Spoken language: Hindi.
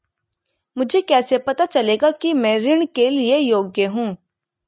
मुझे कैसे पता चलेगा कि मैं ऋण के लिए योग्य हूँ?